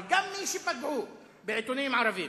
אבל גם מי שפגעו בעיתונאים ערבים,